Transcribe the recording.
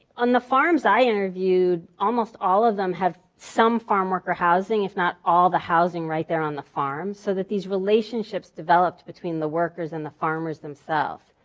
on the farms i interviewed, almost all of them have some farmworker housing, if not all the housing right there on the farm. so that these relationships developed between the workers and the farmers themselves.